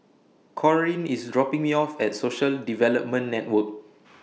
Corrine IS dropping Me off At Social Development Network